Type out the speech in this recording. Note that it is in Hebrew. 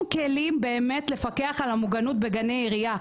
כלים לפקח על המוגנות בגני עירייה,